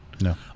No